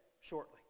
shortly